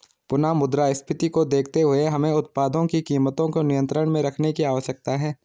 पुनः मुद्रास्फीति को देखते हुए हमें उत्पादों की कीमतों को नियंत्रण में रखने की आवश्यकता है